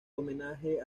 homenaje